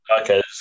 Okay